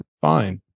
fine